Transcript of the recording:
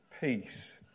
peace